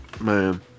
Man